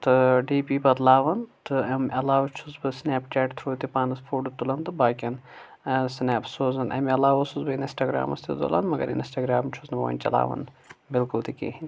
تہٕ ڈی پی بدلاوان تہٕ امہِ علاوٕ چھُس بہٕ سنیپ چیٹ تھرو تہِ پانس فوٗٹو تُلان تہِ باقین سنیپ سوزان امہِ علاوٕ اوسُس بہٕ انسٹہ گرامس تہِ تُلان مگر انسٹہ گرام چھُس نہٕ بہٕ وۄنۍ چلاوان بالکُل تہِ کہینۍ